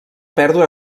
pèrdua